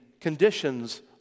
conditions